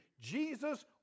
Jesus